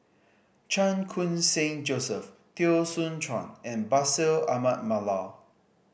Chan Khun Sing Joseph Teo Soon Chuan and Bashir Ahmad Mallal